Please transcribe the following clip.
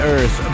Earth